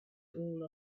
all